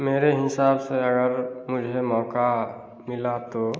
मेरे हिसाब से अगर मुझे मौका मिला तो